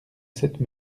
cette